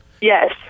Yes